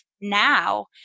now